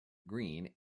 green